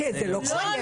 כי זה לא קורה.